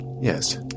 Yes